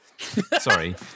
Sorry